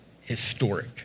historic